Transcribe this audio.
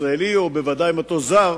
ישראלי או ודאי מטוס זר,